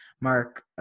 Mark